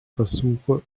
versuche